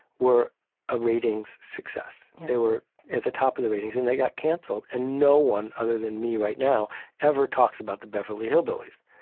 were a ratings success. they were at the top of the ratings, and they got canceled. and no one other than me right now ever talks about the beverly hillbillies.